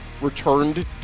returned